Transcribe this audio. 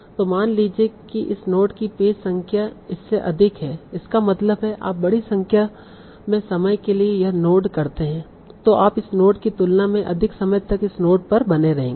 तो मान लीजिए कि इस नोड की पेज संख्या इससे अधिक है इसका मतलब है आप बड़ी संख्या में समय के लिए यह नोड करते हैं तों आप इस नोड की तुलना में अधिक समय तक इस नोड पर बने रहेंगे